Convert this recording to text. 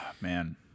man